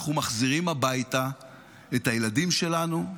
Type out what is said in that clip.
אנחנו מחזירים הביתה את הילדים שלנו,